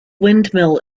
windmill